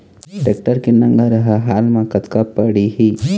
Tractor के नांगर हर हाल मा कतका पड़िही?